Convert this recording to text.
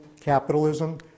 capitalism